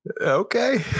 Okay